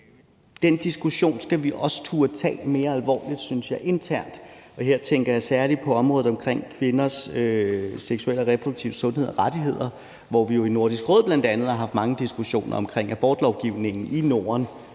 Den diskussion skal vi også turde tage mere alvorligt internt, synes jeg, og her tænker jeg særlig på området omkring kvinders seksuelle og reproduktive sundhed og rettigheder. Vi har jo bl.a. i Nordisk Råd haft mange diskussioner omkring abortlovgivningen i Norden,